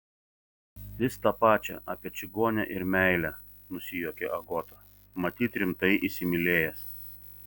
vis tą pačią apie čigonę ir meilę nusijuokė agota matyt rimtai įsimylėjęs